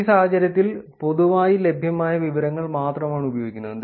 ഈ സാഹചര്യത്തിൽ പൊതുവായി ലഭ്യമായ വിവരങ്ങൾ മാത്രമാണ് ഉപയോഗിക്കുന്നത്